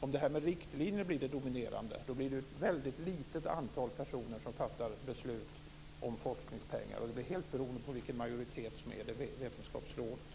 Om detta med riktlinjer blir det dominerande, då blir det ju ett väldigt litet antal personer som fattar beslut om forskningspengar, och det blir helt beroende på vilken majoritet som finns i vetenskapsrådet.